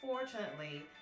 unfortunately